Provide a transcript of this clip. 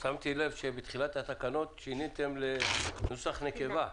שמתי לב שבתחילת התקנות שיניתם לנוסח נקבה.